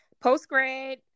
post-grad